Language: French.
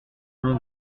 mon